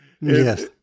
Yes